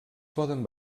poden